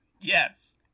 Yes